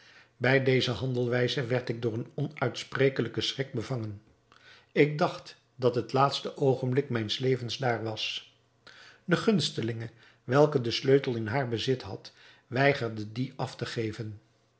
bij deze handelwijze werd ik door een onuitsprekelijken schrik bevangen ik dacht dat het laatste oogenblik mijns levens daar was de gunstelinge welke den sleutel in haar bezit had weigerde dien af te geven